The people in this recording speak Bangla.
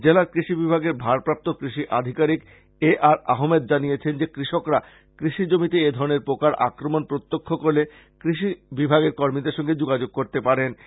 জেলার কৃষি বিভাগের ভারপ্রাপ্ত কৃষি আধিকারীক এ আর আহমেদ জানিয়েছেন যে কৃষকরা কৃষি জমিতে এ ধরনের পোকার আক্রমন প্রত্যক্ষ করলে কৃষি বিভাগের কর্মীদের সঙ্গে যোগাযোগ করতে পারবেন